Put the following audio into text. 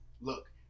look